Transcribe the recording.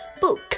Book